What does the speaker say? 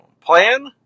plan